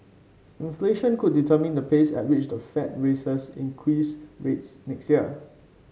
inflation could determine the pace at which the fed raises increase rates next year